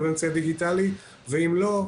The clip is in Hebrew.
ואם לא,